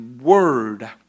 word